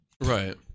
Right